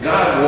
God